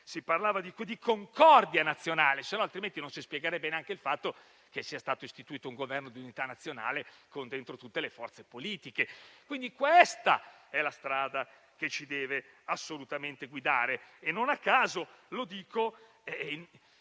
imprese e di concordia nazionale, altrimenti non si spiegherebbe il fatto che sia stato istituito un Governo di unità nazionale, con dentro tutte le forze politiche. Questa quindi è la strada che ci deve assolutamente guidare e non a caso Matteo Salvini